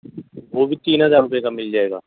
وہ بھی تین ہزار روپیے کا مل جائے گا